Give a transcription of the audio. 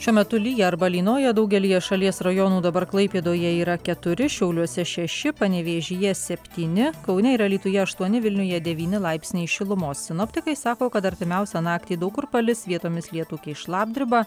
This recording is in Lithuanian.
šiuo metu lyja arba lynoja daugelyje šalies rajonų dabar klaipėdoje yra keturi šiauliuose šeši panevėžyje septyni kaune ir alytuje aštuoni vilniuje devyni laipsniai šilumos sinoptikai sako kad artimiausią naktį daug kur palis vietomis lietų keis šlapdriba